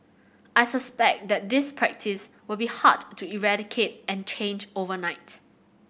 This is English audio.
I suspect that this practice will be hard to eradicate and change overnight